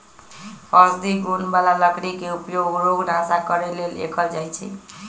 औषधि गुण बला लकड़ी के उपयोग रोग नाश करे लेल कएल जाइ छइ